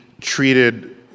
treated